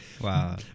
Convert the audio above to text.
Wow